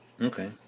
Okay